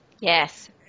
Yes